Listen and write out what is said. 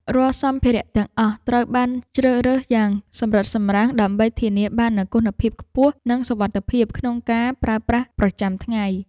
រាល់សម្ភារៈទាំងអស់ត្រូវបានជ្រើសរើសយ៉ាងសម្រិតសម្រាំងដើម្បីធានាបាននូវគុណភាពខ្ពស់និងសុវត្ថិភាពក្នុងការប្រើប្រាស់ប្រចាំថ្ងៃ។